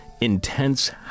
intense